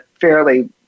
fairly